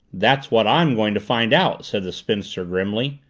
that's what i'm going to find out! said the spinster grimly.